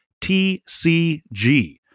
tcg